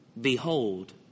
Behold